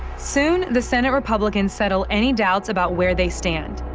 soon, the senate republicans settle any doubts about where they stand.